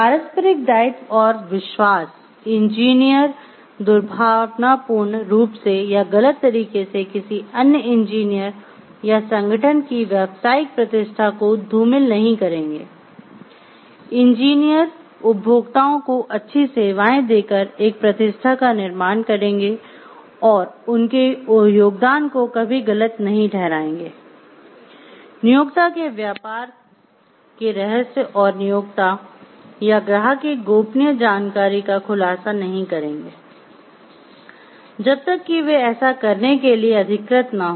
पारस्परिक दायित्व और विश्वास इंजीनियर दुर्भावनापूर्ण रूप से या गलत तरीके से किसी अन्य इंजीनियर या संगठन की व्यावसायिक प्रतिष्ठा को धूमिल और नियोक्ता या ग्राहक की गोपनीय जानकारी का खुलासा नहीं करेंगे जब तक कि वे ऐसा करने के लिए अधिकृत न हों